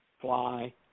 fly